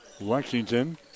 Lexington